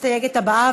המסתייגת הבאה.